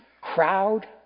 crowd